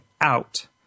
out